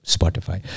Spotify